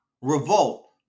revolt